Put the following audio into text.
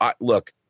look